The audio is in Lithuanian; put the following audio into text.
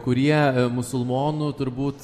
kurie musulmonų turbūt